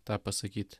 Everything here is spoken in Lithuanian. tą pasakyti